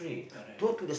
correct